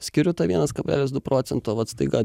skiriu tą vienas kablelis du procento vat staiga